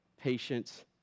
patience